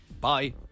bye